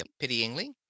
pityingly